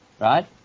right